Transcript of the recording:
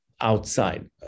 outside